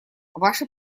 ваше